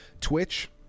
Twitch